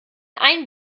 ein